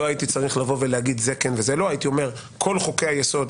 לא הייתי צריך לבוא ולהגיד זה כן וזה לא אלא הייתי אומר כל חוקי היסוד,